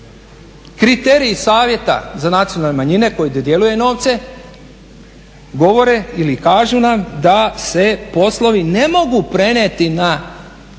kriteriji Savjeta za nacionalne manjine koji dodjeljuje novce kažu nam da se poslovi ne mogu prenijeti na